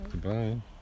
Goodbye